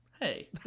hey